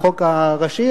החוק הראשי,